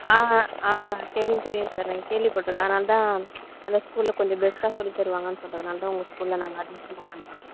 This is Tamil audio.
ஆ ஆ ஆ ஆ தெரியும் தெரியும் சார் நாங்க கேள்விபட்டுதான் ஆனால தான் அந்த ஸ்கூலில் கொஞ்சம் பெஸ்ட்டாக சொல்லித் தருவாங்கன்னு சொல்லுறதுனால தான் உங்கள் ஸ்கூலில் நாங்கள் அட்மிஷன் போடலானு பார்க்கறோம்